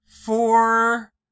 four